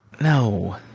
no